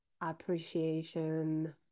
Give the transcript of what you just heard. appreciation